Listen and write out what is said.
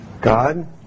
God